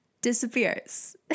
disappears